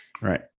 Right